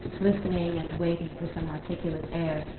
listening and waiting for some articulate air,